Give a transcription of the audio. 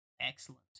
excellent